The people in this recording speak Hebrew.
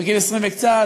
ובגיל 20 וקצת,